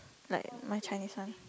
like my Chinese one